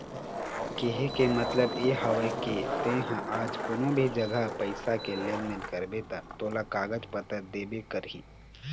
केहे के मतलब ये हवय के ते हा आज कोनो भी जघा पइसा के लेन देन करबे ता तोला कागज पतर देबे करही